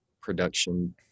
production